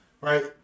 right